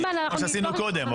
כמו שעשינו קודם,